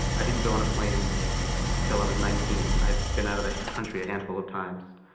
i didn't go on a plane until i was nineteen. i've been out of the country a handful of times.